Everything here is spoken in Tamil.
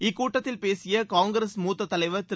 இக்கூட்டத்தில் பேசிய காங்கிரஸ் மூத்த தலைவர் திரு